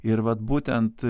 ir vat būtent